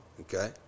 okay